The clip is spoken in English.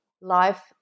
life